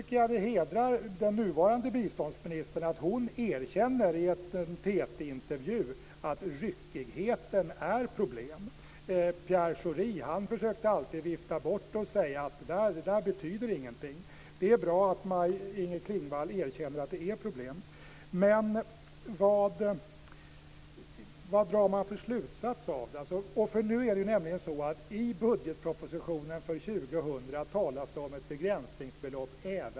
Det hedrar den nuvarande biståndsministern att hon i en TT-intervju har erkänt att ryckigheten är ett problem. Pierre Schori försökte alltid vifta bort den och säga att den inte betydde något. Det är bra att Maj Inger Klingvall erkänner att den är ett problem. Vad drar regeringen för slutsats? Även i budgetpropositionen för år 2000 talas det om ett begränsningsbelopp.